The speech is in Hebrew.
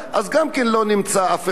אז גם כן לא נמצא אף אחד.